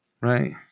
right